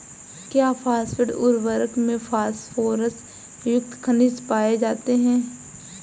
क्या फॉस्फेट उर्वरक में फास्फोरस युक्त खनिज पाए जाते हैं?